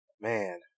man